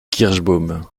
kirschbaum